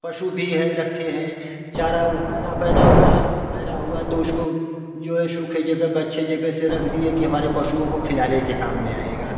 पशु भी है रखे है चारा ऊ पैरा पैदा हुआ पैरा हुआ तो उसको जो है सूखे जगह पर अच्छे जगह से रख दिए कि हमारे पशुओं को खिलाने के काम में आएगा